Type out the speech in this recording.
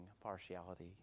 partiality